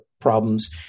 problems